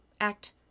act